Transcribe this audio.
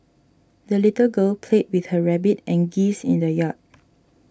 the little girl played with her rabbit and geese in the yard